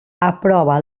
aprova